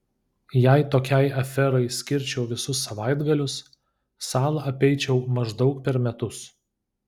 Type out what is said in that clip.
jei tokiai aferai skirčiau visus savaitgalius salą apeičiau maždaug per metus